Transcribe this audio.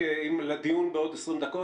לדיון בעוד 20 דקות,